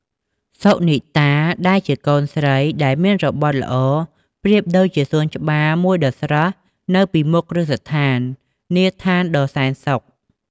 សុនីតា ដែលជាកូនស្រីដែលមានរបត់ល្អ ប្រៀបដូចជាសួនច្បារមួយដ៏ស្រស់នៅពីមុខគ្រឹះស្ថាន នាឋានដ៏សែនសុខ។